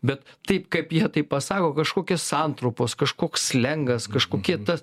bet taip kaip jie tai pasako kažkokias santrumpos kažkoks slengas kažkokie tas